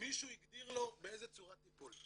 מישהו הגדיר לו באיזה צורת טיפול.